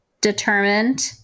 determined